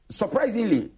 surprisingly